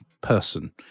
person